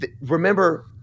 Remember